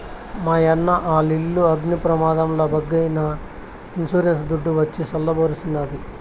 మాయన్న ఆలిల్లు అగ్ని ప్రమాదంల బుగ్గైనా ఇన్సూరెన్స్ దుడ్డు వచ్చి సల్ల బరిసినాది